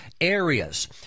areas